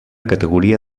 categoria